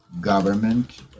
government